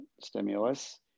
stimulus